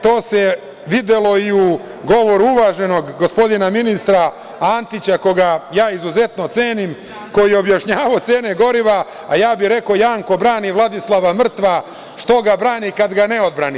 To se videlo i u govoru uvaženog gospodina ministra, Antića, koga ja izuzetno cenim, koji je objašnjavao cene goriva, a ja bih rekao: „Janko brani Vladislava mrtva, što ga brani kad ga ne odbrani“